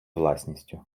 власністю